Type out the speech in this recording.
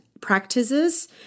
practices